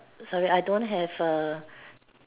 sorry I don't have a